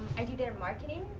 i do their marketing.